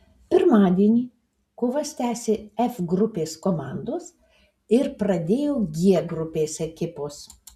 pirmadienį kovas tęsė f grupės komandos ir pradėjo g grupės ekipos